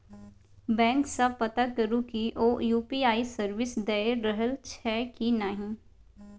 bank सँ पता करु कि ओ यु.पी.आइ सर्विस दए रहल छै कि नहि